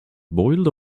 boiled